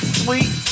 sweet